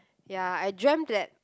ya I dreamt that